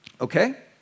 Okay